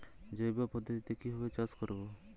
জৈব পদ্ধতিতে কিভাবে চাষ করব?